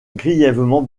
grièvement